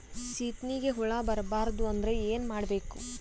ಸೀತ್ನಿಗೆ ಹುಳ ಬರ್ಬಾರ್ದು ಅಂದ್ರ ಏನ್ ಮಾಡಬೇಕು?